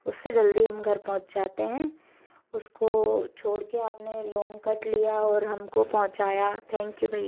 उससे जल्दी हम घर पहुँच जाते हैं उसको छोड़ कर आपने लॉन्गकट लिया और हमको पहुँचाया थैंक यू भाई